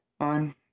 on